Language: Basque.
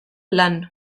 lan